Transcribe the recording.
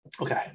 Okay